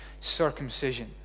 circumcision